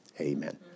amen